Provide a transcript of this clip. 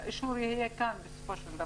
בסופו של דבר האישור יהיה כאן בוועדה.